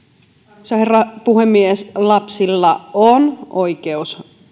arvoisa herra puhemies lapsilla on oikeus